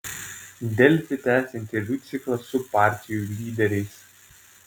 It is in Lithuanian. delfi tęsia interviu ciklą su partijų lyderiais